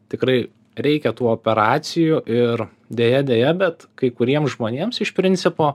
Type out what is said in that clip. tikrai reikia tų operacijų ir deja deja bet kai kuriems žmonėms iš principo